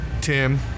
Tim